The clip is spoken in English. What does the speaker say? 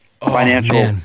financial